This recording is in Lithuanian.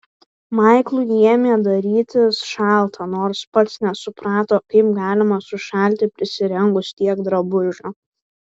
maiklui ėmė darytis šalta nors pats nesuprato kaip galima sušalti prisirengus tiek drabužių